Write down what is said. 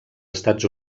estats